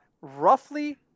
roughly